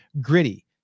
gritty